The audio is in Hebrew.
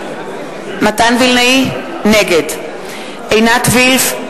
נגד עינת וילף,